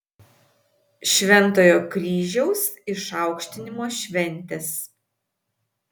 šventojo kryžiaus išaukštinimo šventės